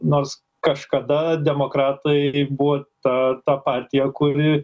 nors kažkada demokratai buvo ta ta partija kuri